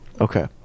Okay